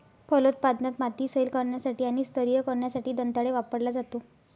फलोत्पादनात, माती सैल करण्यासाठी आणि स्तरीय करण्यासाठी दंताळे वापरला जातो